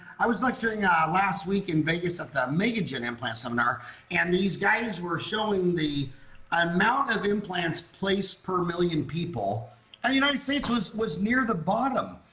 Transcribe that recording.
i was lecturing last week in vegas at the megagen implant seminar and these guys were showing the amount of implants placed per million people the united states was was near the bottom.